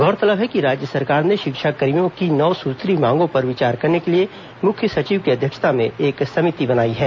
गौरतलब है कि राज्य सरकार ने शिक्षाकर्मियों की नौ सूत्रीय मांगों पर विचार करने के लिए मुख्य सचिव की अध्यक्षता में एक समिति बनाई है